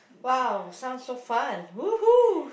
!wow! sounds so fun !woohoo!